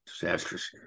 disastrous